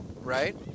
right